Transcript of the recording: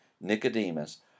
Nicodemus